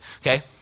okay